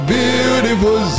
beautiful